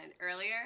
earlier